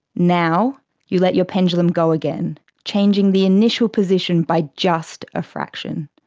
now you let your pendulum go again, changing the initial position by just a fraction.